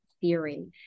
theory